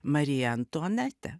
mariją antuanetę